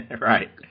right